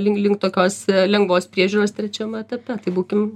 link link tokios lengvos priežiūros trečiam etape tai būkim